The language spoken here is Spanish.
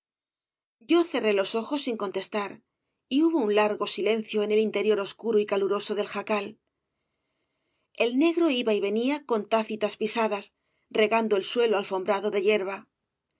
yo cerré los ojos sin contestar y hubo un largo silencio en el interior oscuro y caluroso del jacal el negro iba y venía con tácitas pisadas regando el suelo alfombrado de yerba